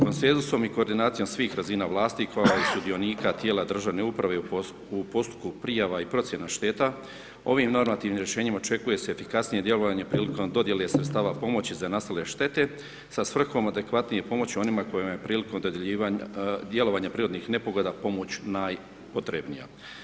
Konsenzusom i koordinacijom svih razina vlasti, kao i sudionika tijela državne uprave u postupku prijava i procjena šteta, ovim normativnim rješenjem očekuje se efikasnije djelovanje prilikom dodjele sredstava pomoći za nastale štete, sa svrhom adekvatnije pomoći onima kojima je prilikom djelovanja prirodnih nepogoda pomoć najpotrebnija.